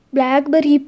Blackberry